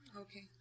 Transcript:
Okay